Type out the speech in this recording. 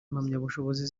impamyabushobozi